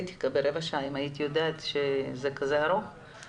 עבירה חוזרת לא אם זה יום אחרי יום או שעה אחרי שעה.